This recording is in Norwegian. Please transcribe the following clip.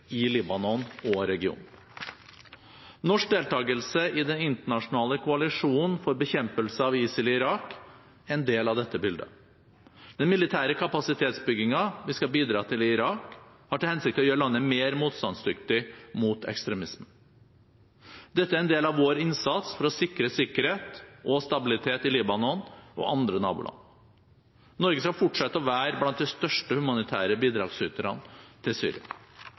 i Libanon og regionen. Norsk deltakelse i den internasjonale koalisjonen for bekjempelse av ISIL i Irak er en del av dette bildet. Den militære kapasitetsbyggingen vi skal bidra til i Irak, har til hensikt å gjøre landet mer motstandsdyktig mot ekstremisme. Dette er en del av vår innsats for å sikre sikkerhet og stabilitet i Libanon og andre naboland. Norge skal fortsette å være blant de største humanitære bidragsyterne til Syria.